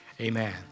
Amen